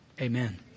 Amen